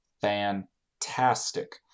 fantastic